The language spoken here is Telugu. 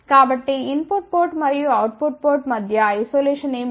కాబట్టి ఇన్ పుట్ పోర్ట్ మరియు అవుట్ పుట్ పోర్ట్ మధ్య ఐసోలేషన్ ఏమిటి